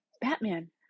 Batman